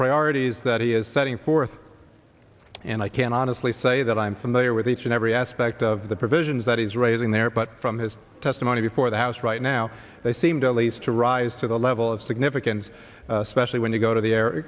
priorities that he is setting forth and i can honestly say that i'm familiar with each and every aspect of the provisions that he's raising there but from his testimony before the house right now they seem to at least to rise to the level of significance especially when you go to the air